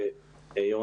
בוקר טוב.